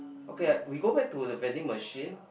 okay we go back to the vending machine